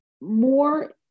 more